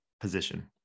position